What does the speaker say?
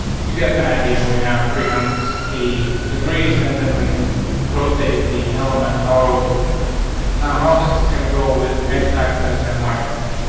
you get an idea, we have three hundred and sixty degrees, and then we can rotate de helaman. however, we would like now how this is gonna go with ex acts as an y axis,